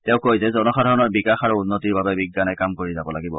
তেওঁ কয় যে জনসাধাৰণৰ বিকাশ আৰু উন্নতিৰ বাবে বিজ্ঞানে কাম কৰিব লাগিব